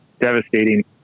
devastating